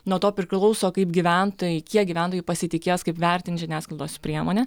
nuo to priklauso kaip gyventojai kiek gyventojų pasitikės kaip vertintins žiniasklaidos priemonę